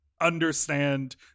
understand